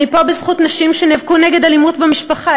אני פה בזכות נשים שנאבקו נגד אלימות במשפחה,